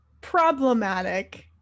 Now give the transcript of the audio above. problematic